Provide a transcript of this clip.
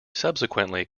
subsequently